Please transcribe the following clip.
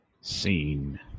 Scene